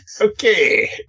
Okay